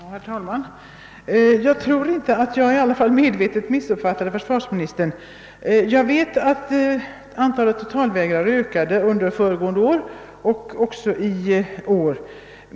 Herr talman! Jag tror i alla fall inte att jag medvetet missuppfattade försvarsministern. Jag vet att antalet totalvägrare ökade under föregående år och att det ökat också i år.